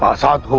ah thought